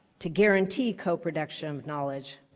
to guarantee coproduction knowledge